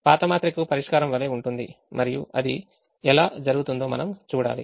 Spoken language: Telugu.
పాత మాత్రికకు పరిష్కారం వలె ఉంటుంది మరియు అది ఎలా జరుగుతుందో మనం చూడాలి